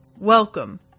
Welcome